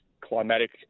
climatic